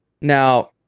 Now